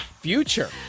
Future